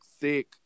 thick